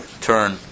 Turn